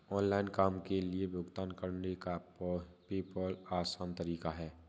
online काम के लिए भुगतान करने का पेपॉल आसान तरीका है